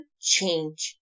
change